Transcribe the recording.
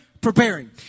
Preparing